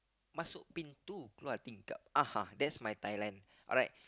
masuk pintu keluar tingkap uh that's my Thailand alright